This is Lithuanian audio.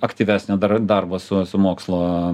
aktyvesnio darbo su su mokslo